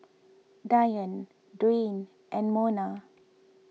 Dionne Dwaine and Monna